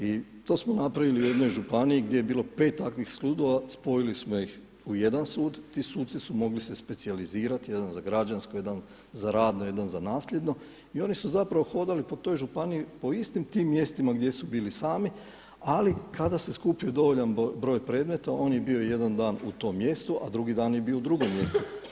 I to smo napravili u jednoj županiji gdje je bilo pet takvih sudova, spojili smo ih u jedan sud, ti suci su se mogli specijalizirati jedan za građansko, jedan za radno, jedan za nasljedno i oni su hodali po toj županiji po istim tim mjestima gdje su bili sami, ali kada se skupio dovoljan broj predmeta on je bio jedan u tom mjestu, a drugi dan je bio u drugom mjestu.